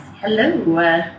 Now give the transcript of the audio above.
Hello